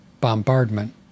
bombardment